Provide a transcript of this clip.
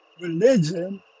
religion